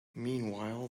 meanwhile